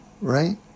right